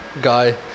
guy